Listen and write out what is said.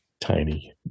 tiny